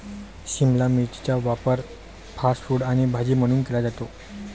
शिमला मिरचीचा वापर fast food आणि भाजी म्हणून केला जातो